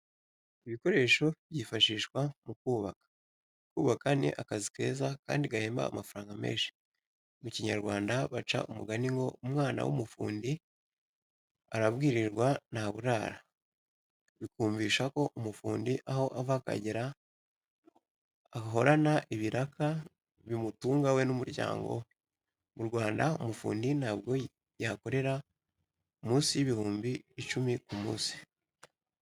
Ibikoresho byifashishwa mu kubaka. Kubaka ni akazi keza kandi gahemba amafaranga menshi, mu Kinyarwanda baca umugani ngo ''Umwana w'umufundi arabwirirwa ntaburara.'' Bikumvisha ko umufundi aho ava akagera ahorana ibiraka bimutunga we n'umuryango we. Mu Rwanda umufundi ntabwo yakorera munsi y'ibihumbi icumi ku munsi.